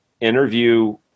interview